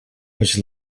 which